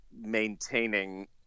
maintaining